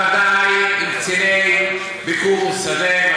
בוודאי עם קציני ביקור סדיר,